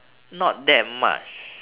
not that much